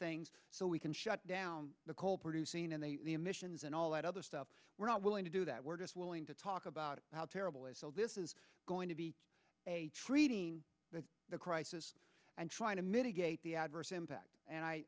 things so we can shut down the coal producing and the emissions and all that other stuff we're not willing to do that we're just willing to talk about how terrible this is going to be treating the crisis and trying to mitigate the adverse impact and i